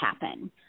happen